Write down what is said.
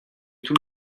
tous